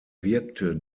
wirkte